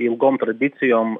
ilgom tradicijom